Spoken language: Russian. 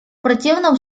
противном